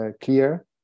clear